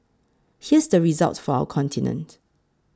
here's the result for our continent